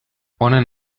honen